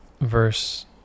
verse